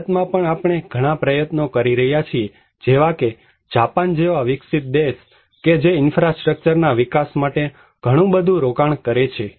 ભારતમાં પણ આપણે ઘણા પ્રયત્નો કરી રહ્યા છીએ જેવા કે જાપાન જેવા વિકસિત દેશ કે જે ઈન્ફ્રાસ્ટ્રક્ચર ના વિકાસ માટે ઘણું બધું રોકાણ કરે છે